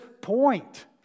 point